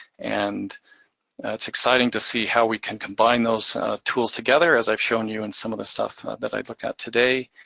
and that's exciting to see how we can combine those tools together as i've shown you in some of the stuff that i've looked at today.